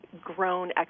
Grown